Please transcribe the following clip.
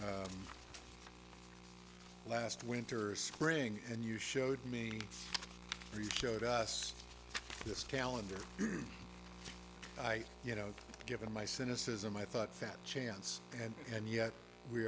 last winter spring and you showed me research showed us this calendar i you know given my cynicism i thought fat chance and and yet we